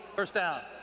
first down.